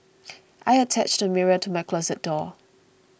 I attached a mirror to my closet door